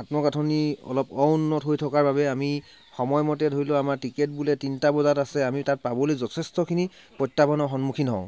আন্তঃগাঁঠনি অলপ অউন্নত হৈ থকা বাবে আমি সময়মতে ধৰি লোৱা আমাৰ টিকেট বোলে তিনিটা বজাত আছে আমি তাত পাবলৈ যথেষ্টখিনি প্ৰত্যাহ্বানৰ সন্মুখীন হওঁ